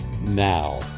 now